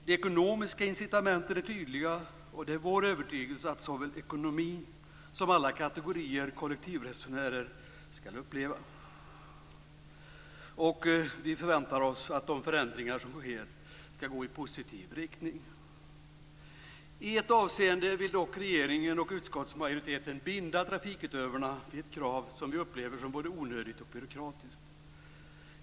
De ekonomiska incitamenten är tydliga, och det är vår övertygelse att såväl ekonomin som alla kategorier kollektivresenärer skall uppleva förändringarna som positiva. Vi förväntar oss att de förändringar som sker skall gå i positiv riktning. I ett avseende vill dock regeringen och utskottsmajoriteten binda trafikutövarna vid ett krav som vi upplever som både onödigt och byråkratiskt.